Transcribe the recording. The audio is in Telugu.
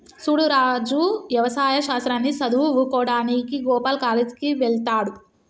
సూడు రాజు యవసాయ శాస్త్రాన్ని సదువువుకోడానికి గోపాల్ కాలేజ్ కి వెళ్త్లాడు